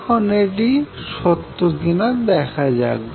এখন এটি সত্য কিনা দেখা যাক